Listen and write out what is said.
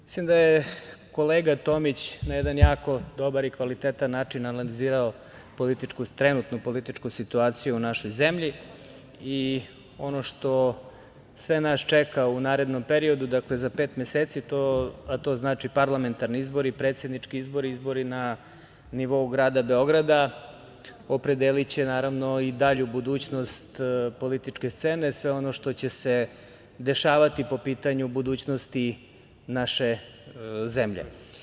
Mislim da je kolega Tomić na jedan jako dobar i kvalitetan način analizirao trenutnu političku situaciju u našoj zemlji i ono što sve nas čeka u narednom periodu, dakle za pet meseci, a to znači – parlamentarni izbori, predsednički izbori, izbori na nivou grada Beograda opredeliće i dalju budućnost političke scene i sve ono što će se dešavati po pitanju budućnosti naše zemlje.